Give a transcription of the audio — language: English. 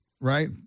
Right